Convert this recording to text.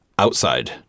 Outside